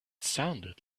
sounded